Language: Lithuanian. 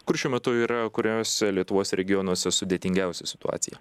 kur šiuo metu yra kuriuose lietuvos regionuose sudėtingiausia situacija